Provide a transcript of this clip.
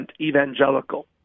evangelical